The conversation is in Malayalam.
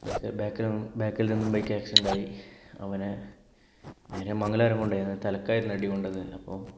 ബാക്കില് വന്ന് ബാക്കില് നിന്നും ബൈക്ക് ആക്സിഡെന്റ് ആയി അവനെ നേരെ മംഗാലാപുരം കൊണ്ടുപോയി തലക്കായിരുന്നു അടി കൊണ്ടത് അപ്പോൾ